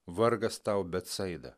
vargas tau betsaida